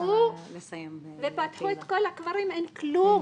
הלכו ופתחו את כל הקברים ואין כלום.